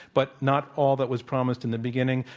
but not all that was promised in the beginning.